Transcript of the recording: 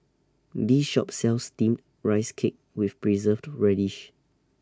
This Shop sells Steamed Rice Cake with Preserved Radish